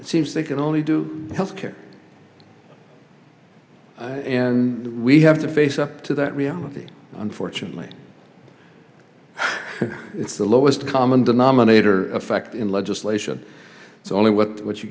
it seems they can only do health care and we have to face up to that reality unfortunately it's the lowest common denominator effect in legislation so only what